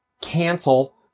Cancel